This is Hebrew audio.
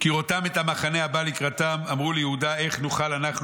"כראותם את המחנה הבא לקראתם אמרו ליהודה איך נוכל אנחנו